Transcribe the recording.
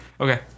Okay